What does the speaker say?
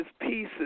pieces